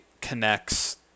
connects